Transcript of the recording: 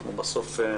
אנחנו בסוף נבקיע.